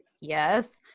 yes